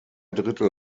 drittel